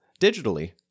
digitally